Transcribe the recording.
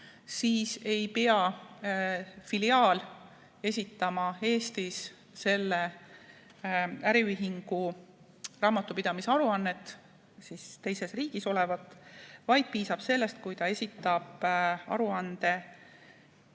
siis ei pea filiaal esitama Eestis selle äriühingu raamatupidamise aruannet, kui see ühing on teises riigis, vaid piisab sellest, kui ta esitab aruande